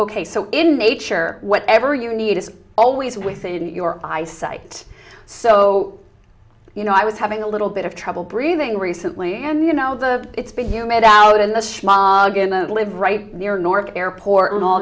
ok so in nature whatever you need is always within your eyesight so you know i was having a little bit of trouble breathing recently and you know the it's big humid out in the smog in the live right near north airport and all